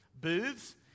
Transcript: Booths